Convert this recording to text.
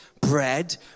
bread